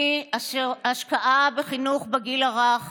השקעה בחינוך בגיל הרך